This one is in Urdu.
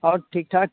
اور ٹھیک ٹھاک